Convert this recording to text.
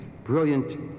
brilliant